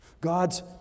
God's